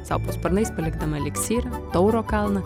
sau po sparnais palikdama eliksyrą tauro kalną